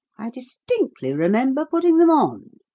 i distinctly remember putting them on.